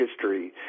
history